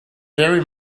very